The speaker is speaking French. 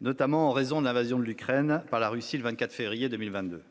notamment en raison de l'invasion de l'Ukraine par la Russie le 24 février 2022.